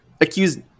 accused